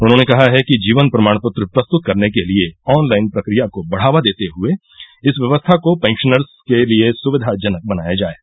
उन्होंने कहा है कि जीवन प्रमाण पत्र प्रस्तुत करने के लिये आनलाइन प्रक्रिया को बढ़ावा देते हुए इस व्यवस्था को पेंशनर्स के लिये सुविधाजनक बनाया जाये